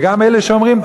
וגם אלה שאומרים,